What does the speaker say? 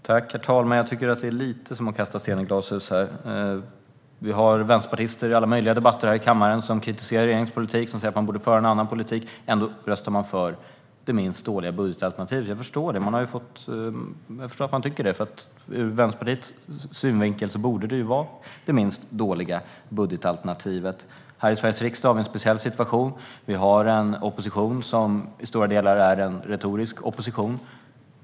Herr talman! Jag tycker att detta är lite som att kasta sten i glashus. I alla möjliga debatter här i kammaren har vi vänsterpartister som kritiserar regeringens politik och säger att den borde föra en annan politik, men ändå röstar man för det minst dåliga budgetalternativet. Jag förstår att man tycker så, för ur Vänsterpartiets synvinkel borde det ju vara det minst dåliga budgetalternativet. Här i Sveriges riksdag har vi en speciell situation. Vi har en opposition som till stor del är en retorisk opposition.